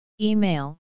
Email